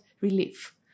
relief